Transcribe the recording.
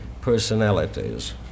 personalities